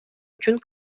үчүн